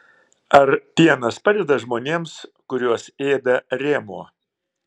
ar pienas padeda žmonėms kuriuos ėda rėmuo